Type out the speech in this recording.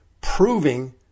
proving